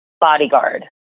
bodyguard